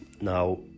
now